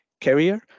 carrier